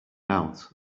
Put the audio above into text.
out